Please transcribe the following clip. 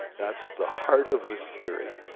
that's the heart of the theory,